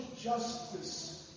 justice